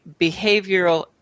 behavioral